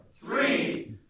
three